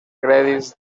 crèdits